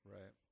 Right